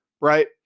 Right